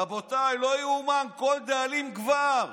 רבותיי, לא ייאמן, כל דאלים גבר.